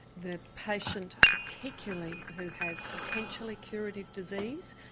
the patient, particularly who has potentially curative disease,